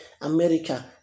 America